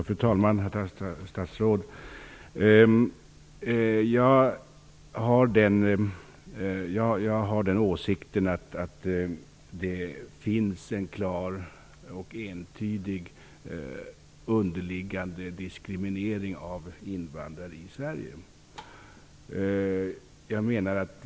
Fru talman! Herr statsråd! Jag har den åsikten att det finns en klar och entydig underliggande diskriminering av invandrare i Sverige.